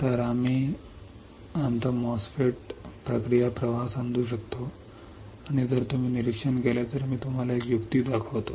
तर आम्ही आमचा MOSFET प्रक्रिया प्रवाह समजू शकतो आणि जर तुम्ही निरीक्षण केले तर मी तुम्हाला एक युक्ती दाखवतो